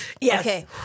Yes